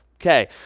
Okay